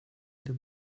der